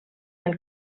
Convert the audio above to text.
del